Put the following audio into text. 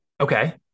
Okay